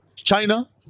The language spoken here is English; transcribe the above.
China